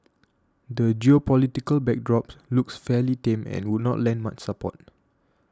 the geopolitical backdrop looks fairly tame and would not lend much support